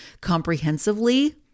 comprehensively